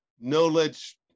knowledge